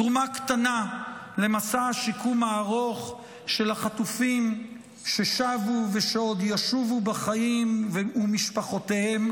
תרומה למסע השיקום הארוך של החטופים ששבו ושעוד ישובו בחיים ומשפחותיהם,